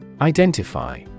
Identify